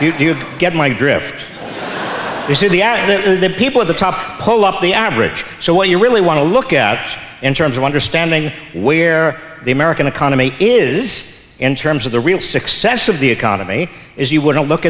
you get my drift you see the at the people at the top poll up the average so what you really want to look at in terms of understanding where the american economy is in terms of the real success of the economy is you wouldn't look